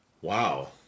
Wow